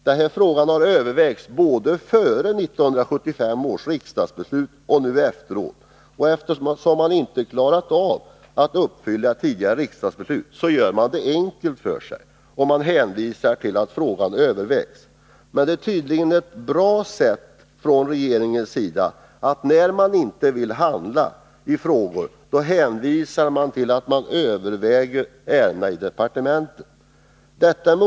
Den här frågan har övervägts både före 1975 års riksdagsbeslut och efteråt. Eftersom man inte klarat av att uppfylla tidigare riksdagsbeslut gör man det enkelt för sig genom att hänvisa till att frågan övervägs. Det är tydligen ett bra sätt för regeringen — när man inte vill handla i frågor, då hänvisar man till att ärendena övervägs i departementet.